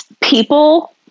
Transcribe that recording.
people